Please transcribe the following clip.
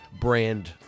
brand